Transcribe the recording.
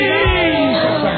Jesus